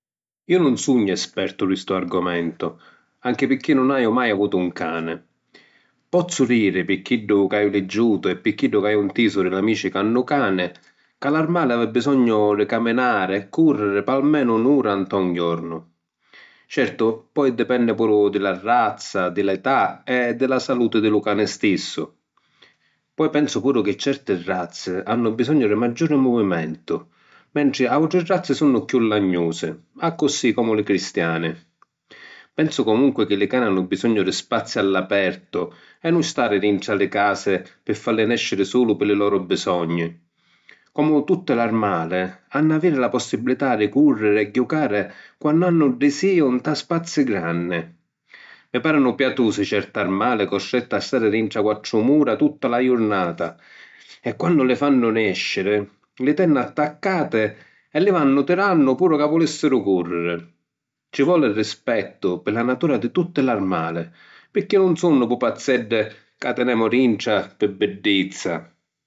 Iu nun sugnu espertu di stu argomentu, anchi pirchì nun haju mai avutu un cani. Pozzu diri, pi chiddu chi haju liggiutu e pi chiddu chi haju ‘ntisu di l’amici chi hannu cani, ca l’armali havi bisognu di caminari e cùrriri p’almenu un'ura nta un jornu. Certu, poi dipenni puru di la razza, di l’età e di la saluti di lu cani stissu. Poi pensu puru chi certi razzi hannu bisognu di maggiuri muvimentu mentri àutri razzi sunnu chiù lagnusi, accussì comu li cristiani. Pensu comunqui chi li cani hannu bisognu di spaziu a l’apertu e nun stari dintra li casi pi falli nèsciri sulu pi li loru bisogni. Comu tutti l’armali hann'a aviri la possibilità di cùrriri e jucari quannu hannu disìu nta spazi granni. Mi pàrinu piatusi certi armali custretti a stari dintra quattru mura tutta la jurnata e quannu li fannu nèsciri li tennu attaccatti e li vannu tirannu puru ca vulìssiru cùrriri. Ci voli rispettu pi la natura di tutti l’armali, pirchì nun sunnu pupazzeddi ca tinemu dintra pi biddizza.